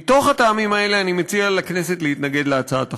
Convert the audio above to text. מהטעמים האלה, אני מציע לכנסת להתנגד להצעת החוק.